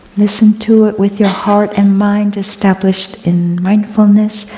listen to it with your heart and mind established in mindfulness,